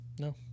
No